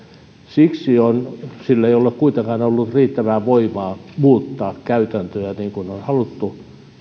sillä ei ole kuitenkaan ollut riittävää voimaa muuttaa käytäntöjä niin kuin on on haluttu